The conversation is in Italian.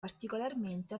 particolarmente